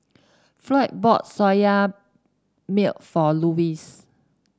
Floyd bought Soya Milk for Louis